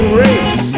race